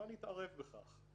לא נתערב בכך.